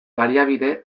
baliabide